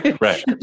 Right